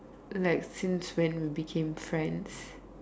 like since when did we became friends